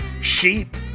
sheep